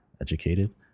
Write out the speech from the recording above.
educated